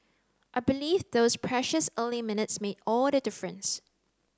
I believe those precious early minutes made all the difference